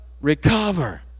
Recover